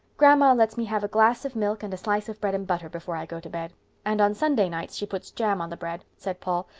grandma lets me have a glass of milk and a slice of bread and butter before i go to bed and on sunday nights she puts jam on the bread, said paul.